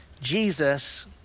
Jesus